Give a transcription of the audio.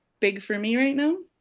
big for me right now.